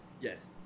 Yes